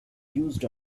used